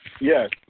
Yes